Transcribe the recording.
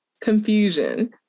confusion